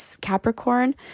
Capricorn